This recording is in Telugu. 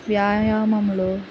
వ్యాయామంలో